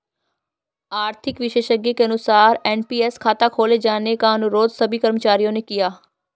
आर्थिक विशेषज्ञ के अनुसार एन.पी.एस खाता खोले जाने का अनुरोध सभी कर्मचारियों ने किया